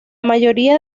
mayoría